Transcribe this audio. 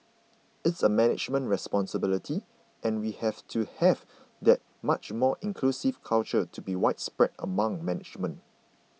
it's a management responsibility and we have to have that much more inclusive culture to be widespread amongst management